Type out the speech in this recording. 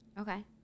Okay